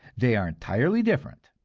they are entirely different,